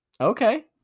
Okay